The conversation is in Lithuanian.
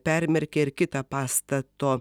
permerkė ir kitą pastato